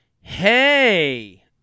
Hey